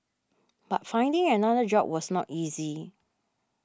but finding another job was not easy